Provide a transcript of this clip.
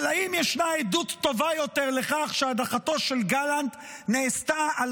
אבל האם ישנה עדות טובה יותר לכך שהדחתו של גלנט נעשתה על